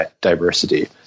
diversity